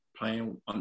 playing